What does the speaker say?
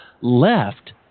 left